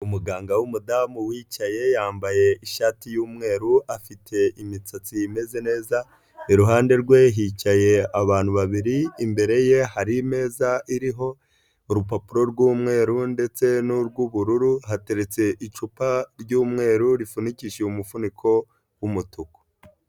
Umuganga w'umudamu wicaye yambaye ishati y'umweru ,afite imisatsi imeze neza iruhande rwe hicaye abantu babiri, imbere ye har'imeza iriho urupapuro rw'umweru, ndetse n'rw'ubururu hateretse icupa ry'umweru ,rifunikishije umufuniko w'umutuku.